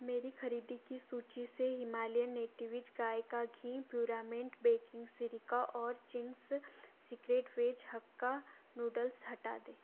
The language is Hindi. मेरी खरीदी की सूचि से हिमालयन नेटिविज़ गाय का घी प्युरामेंट बेकिंग सिरिका और Ching's secret veg hakka noodles हटा दें